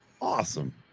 Awesome